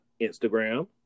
Instagram